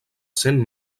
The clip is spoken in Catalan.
cent